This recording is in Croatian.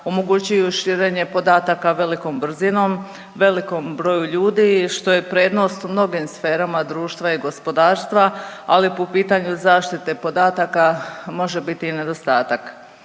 omogućuje širenje podataka velikom brzinom velikom broju ljudi, što je prednost u mnogih sferama društva i gospodarstva, ali po pitanju zaštite podataka može biti i nedostatak.